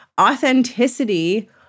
authenticity